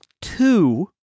two